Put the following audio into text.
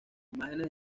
imágenes